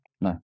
no